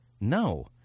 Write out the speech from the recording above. No